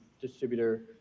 distributor